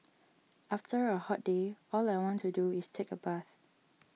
after a hot day all I want to do is take a bath